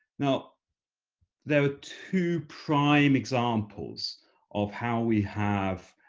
now there are two prime examples of how we have